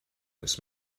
his